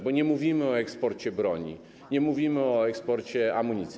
Bo nie mówimy o eksporcie broni, nie mówimy o eksporcie amunicji.